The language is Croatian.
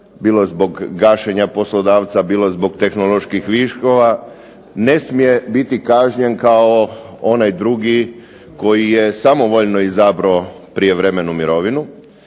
bilo zbog gašenja poslodavca bilo zbog tehnoloških viškova, ne smije biti kažnjen kao onaj drugi koji je samovoljno izabrao prijevremenu mirovinu.